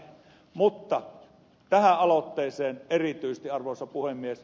mutta tähän aloitteeseen erityisesti arvoisa puhemies